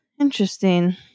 Interesting